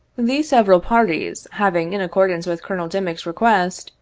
these several parties having, in accordance with colonel dimick's request,